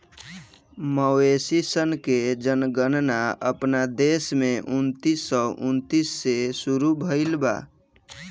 मवेशी सन के जनगणना अपना देश में उन्नीस सौ उन्नीस से शुरू भईल बा